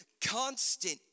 constant